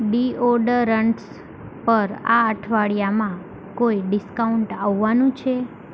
deodorants પર આ અઠવાડીયામાં કોઈ ડિસ્કાઉન્ટ આવવાનું છે